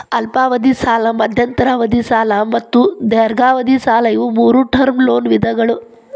ಅಲ್ಪಾವಧಿ ಸಾಲ ಮಧ್ಯಂತರ ಅವಧಿ ಸಾಲ ಮತ್ತು ದೇರ್ಘಾವಧಿ ಸಾಲ ಇವು ಮೂರೂ ಟರ್ಮ್ ಲೋನ್ ವಿಧಗಳ